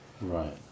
Right